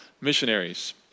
missionaries